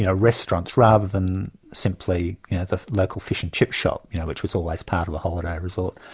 ah restaurants, rather than simply the local fish and chip shop which was always part of the holiday resort,